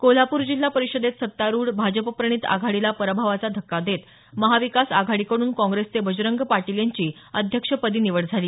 कोल्हापूर जिल्हा परिषदेत सत्तारुढ भाजपप्रणित आघाडीला पराभवाचा धक्का देत महाविकास आघाडीकडून काँग्रेसचे बजरंग पाटील यांची अध्यक्षपदी निवड झाली